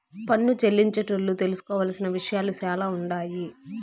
పన్ను చెల్లించేటోళ్లు తెలుసుకోవలసిన విషయాలు సాలా ఉండాయి